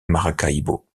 maracaibo